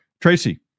Tracy